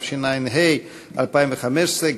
התשע"ו 2015,